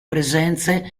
presenze